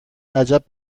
عجب